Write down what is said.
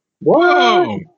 Whoa